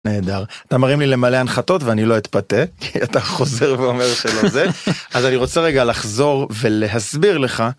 נהדר. אתה מרים לי למלא הנחתות ואני לא אתפתה. אתה חוזר ואומר שלא זה אז אני רוצה רגע לחזור ולהסביר לך.